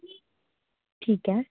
ਠੀਕ ਹੈ